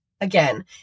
Again